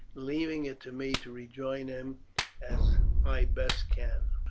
leaving it to me to rejoin him as i best can.